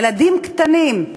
ילדים קטנים,